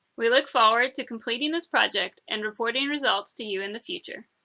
we look forward to completing this project and reporting results to you in the future.